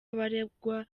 abaregwa